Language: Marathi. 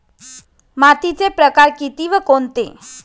मातीचे प्रकार किती व कोणते?